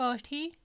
پٲٹھی